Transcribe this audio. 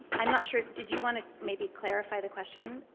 i'm not sure. did you want to maybe clarify the question?